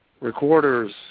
recorders